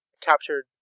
captured